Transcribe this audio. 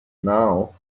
now